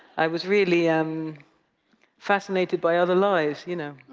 i was really um fascinated by other lives, you know.